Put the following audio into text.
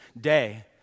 day